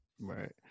Right